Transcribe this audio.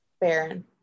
Baron